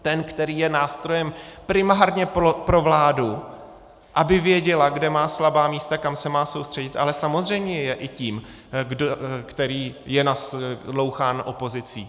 Ten, který je nástrojem primárně pro vládu, aby věděla, kde má slabá místa, kam se má soustředit, ale samozřejmě je i tím, který je naslouchán opozicí.